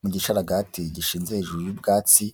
Mu gisharagati gishinze hejuru y'ubwatsi,